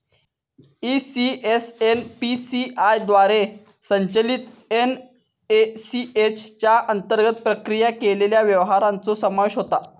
ECS NPCI द्वारे संचलित NACH च्या अंतर्गत प्रक्रिया केलेल्या व्यवहारांचो समावेश होता